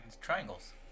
Triangles